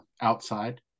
outside